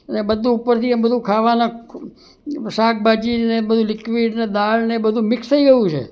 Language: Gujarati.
અને બધું ઉપરથી બધા ખાવાનાં શાકભાજી ને બધું લીક્વીડ ને દાળને બધું મિક્સ થઈ ગયું છે